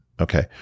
Okay